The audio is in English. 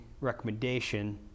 recommendation